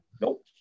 nope